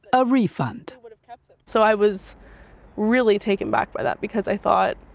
a refund. so, i was really taken back by that because i thought